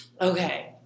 Okay